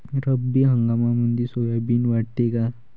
रब्बी हंगामामंदी सोयाबीन वाढते काय?